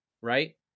right